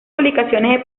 publicaciones